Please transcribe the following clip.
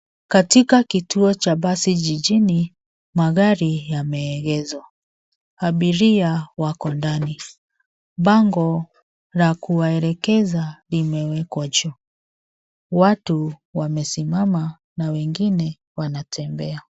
Katika kituo cha basi jijini, magari yameelezwa. Abiria wako ndani. Bango la kuwaelekeza vimewekwa juu. Watu wamesimama na wengine wanatembea.